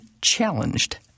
challenged